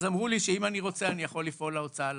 אז אמרו לי שאם אני רוצה אני יכול לפנות להוצאה לפועל.